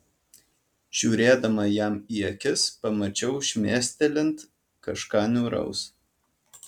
žiūrėdama jam į akis pamačiau šmėstelint kažką niūraus